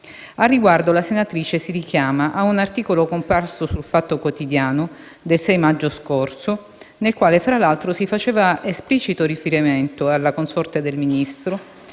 Al riguardo, la senatrice si richiama a un articolo comparso su «Il Fatto Quotidiano» del 6 maggio scorso, nel quale fra l'altro si faceva esplicito riferimento alla consorte del Ministro,